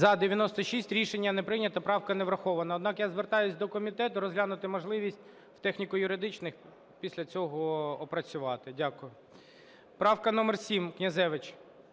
За-96 Рішення не прийнято. Правка не врахована. Однак, я звертаюсь до комітету розглянути можливість в техніко-юридичних і після цього опрацювати. Дякую. Правка номер 7, Князевич.